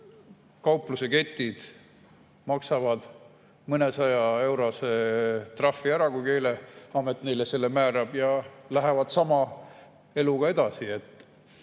kaupluseketid maksavad mõnesajaeurose trahvi ära, kui Keeleamet neile selle määrab, ja lähevad sama eluga edasi.